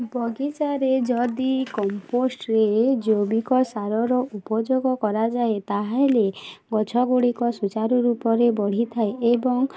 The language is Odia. ବଗିଚାରେ ଯଦି କମ୍ପୋଷ୍ଟ୍ରେ ଜୈବିକ ସାରର ଉପଯୋଗ କରାଯାଏ ତାହେଲେ ଗଛ ଗୁଡ଼ିକ ସୂଚାରୁ ରୂପରେ ବଢ଼ିଥାଏ ଏବଂ